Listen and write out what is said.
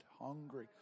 Hungry